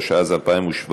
התשע"ז 2017,